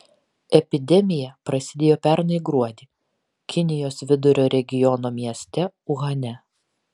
epidemija prasidėjo pernai gruodį kinijos vidurio regiono mieste uhane